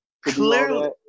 Clearly